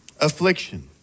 affliction